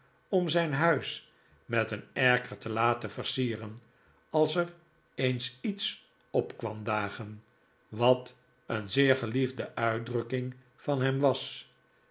om zijn huis met een erker te laten versieren als er eens iets op kwam dagen wat een zeer geliefde uitdrukking van hem was